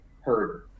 heard